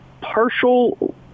partial